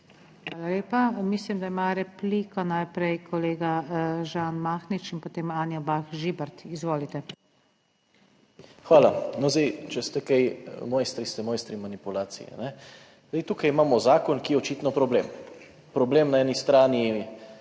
Hvala lepa. Mislim, da ima repliko najprej kolega Žan Mahnič in potem Anja Bah Žibert. Izvolite. ŽAN MAHNIČ (PS SDS): Hvala. No, zdaj, če ste kaj mojstri, ste mojstri manipulacije. Zdaj tukaj imamo zakon, ki je očitno problem. Problem na eni strani SD